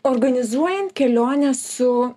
organizuojant kelionę su